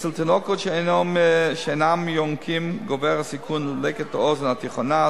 אצל תינוקות שאינם יונקים גובר הסיכון לדלקת האוזן התיכונה,